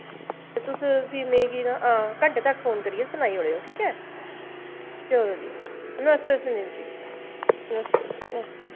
ते तुस फ्ही मिगी ना घंटे तक फोन करियै सनाई ओड़ेओ चलो जी नमस्ते सुनील जी नमस्ते जी नमस्ते